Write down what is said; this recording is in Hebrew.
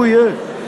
הוא יהיה.